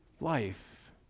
life